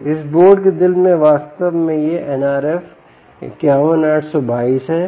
इस बोर्ड के दिल में वास्तव में यह NRF 51822 है